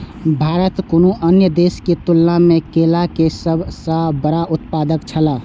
भारत कुनू अन्य देश के तुलना में केला के सब सॉ बड़ा उत्पादक छला